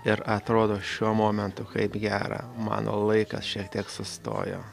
ir atrodo šiuo momentu kaip gera mano laikas šiek tiek sustojo